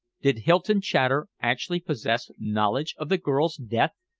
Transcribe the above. did hylton chater actually possess knowledge of the girl's death?